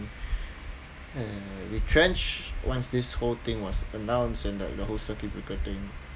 uh retrenched once this whole thing was announced and like the whole circuit breaker thing